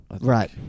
Right